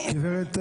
גברת אלבז,